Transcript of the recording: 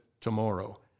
tomorrow